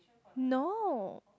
no